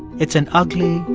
it's an ugly,